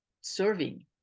serving